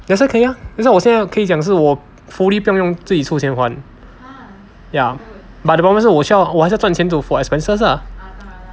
也是可以 ah that's why 我现在可以讲是我 fully 不用自己出钱还 ya but the problem 是我需要我还是要赚钱 to for expenses lah